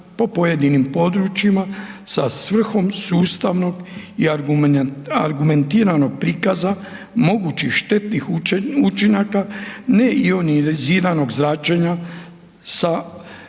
po pojedinim područjima sa svrhom sustavnog i argumentiranog prikaza mogućih štetnih učinaka neioniziranog zračenja sa